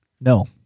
no